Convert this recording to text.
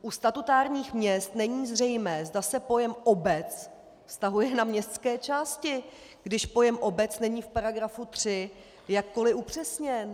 U statutárních měst není zřejmé, zda se pojem obec vztahuje na městské části, když pojem obec není v § 3 jakkoliv upřesněna.